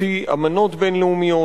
לפי אמנות בין-לאומיות,